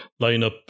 lineup